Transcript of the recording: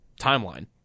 timeline